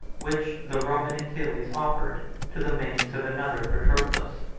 which the roman achilles offered to the manes of another patroclus.